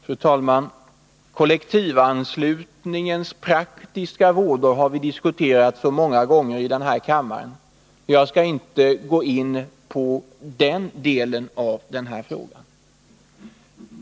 Fru talman! Kollektivanslutningens praktiska vådor har vi diskuterat många gånger i den här kammaren, och jag skall inte gå in på den delen av frågan.